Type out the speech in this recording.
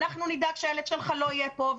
"אנחנו נדאג שהילד שלך לא יהיה פה",